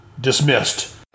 dismissed